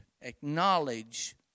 acknowledge